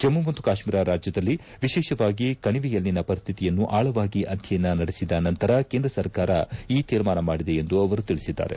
ಜಮ್ಲು ಮತ್ತು ಕಾಶ್ಲೀರ ರಾಜ್ಯದಲ್ಲಿ ವಿಶೇಷವಾಗಿ ಕಣಿವೆಯಲ್ಲಿನ ಪರಿಸ್ವಿತಿಯನ್ನು ಆಳವಾಗಿ ಅಧ್ಯಯನ ನಡೆಸಿದ ನಂತರ ಕೇಂದ್ರ ಸರ್ಕಾರ ಈ ತೀರ್ಮಾನ ಮಾಡಿದೆ ಎಂದು ಅವರು ತಿಳಿಸಿದ್ದಾರೆ